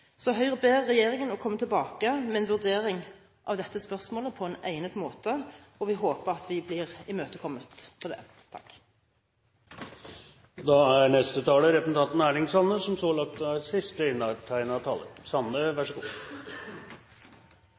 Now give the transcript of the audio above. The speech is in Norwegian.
Så Høyre ber regjeringen om å komme tilbake med en vurdering av dette spørsmålet på en egnet måte, og vi håper vi blir imøtekommet på det. På Svalbard finn vi nokre av dei flottaste naturområda i landet. Det arktiske landskapet, det harde klimaet og det spesielle dyrelivet er ein verdi som